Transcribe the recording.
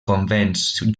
convents